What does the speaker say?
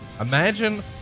Imagine